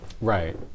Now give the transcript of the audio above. Right